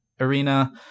arena